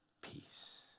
peace